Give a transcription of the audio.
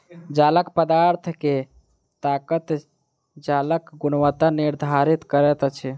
जालक पदार्थ के ताकत जालक गुणवत्ता निर्धारित करैत अछि